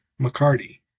McCarty